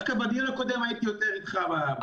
דווקא בדיון הקודם הייתי יותר איתך בדיון.